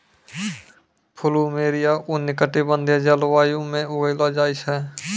plumeria उष्ण कटिबंधीय जलवायु म उगैलो जाय छै